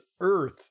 Earth